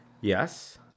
Yes